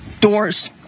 doors